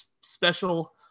special